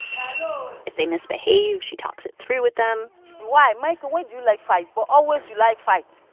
hello if they misbehave, she talks it through with them why? michael, why do you like fight? but always you like fights.